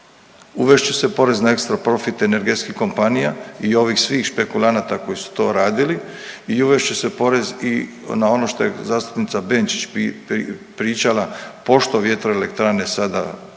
uvest će se porez na ekstra profit energetskih kompanija i ovih svih špekulanata koji su to radili i uvest će se porez i na ono što je zastupnica Benčić pričala pošto vjetroelektrane sada